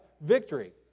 victory